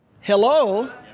hello